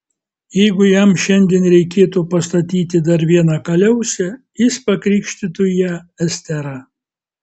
jeigu jam šiandien reikėtų pastatyti dar vieną kaliausę jis pakrikštytų ją estera